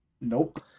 nope